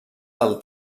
del